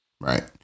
Right